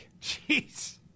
jeez